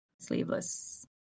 sleeveless